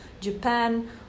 Japan